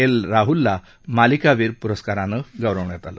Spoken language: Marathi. एल राहुलला मालिकावीर पुरस्कारानं गौरवण्यात आलं